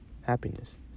happiness